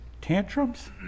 tantrums